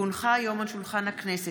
כי הונחה היום על שולחן הכנסת,